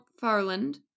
Farland